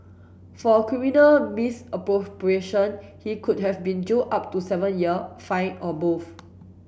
for criminal misappropriation he could have been jailed up to seven year fined or both